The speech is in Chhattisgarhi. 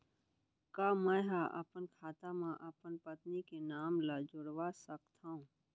का मैं ह अपन खाता म अपन पत्नी के नाम ला जुड़वा सकथव?